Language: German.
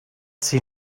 sie